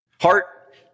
Heart